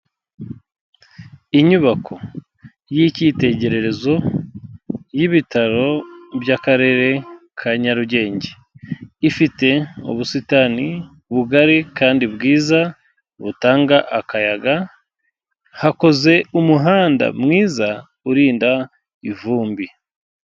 Inyubako y'ikitegererezo y'ibitaro by'akarere ka Nyarugenge, ifite ubusitani bugari kandi bwiza butanga akayaga, hakoze umuhanda mwiza urinda ivumbi.